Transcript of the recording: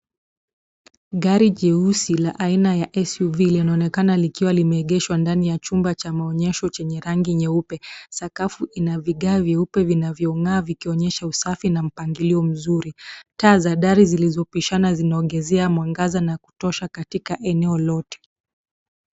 Gari jeusi la aina ya SUV linaonekana likiwa limeegeshwa ndani ya chumba cha maonyesho chenye rangi nyeupe. Sakafu ina vigae vyeupe vinavyong'aa vikionyesha usafi na mpangilio mzuri. Taa za dari zilizopishana zinaongezea mwangaza na kutosha katika eneo lote.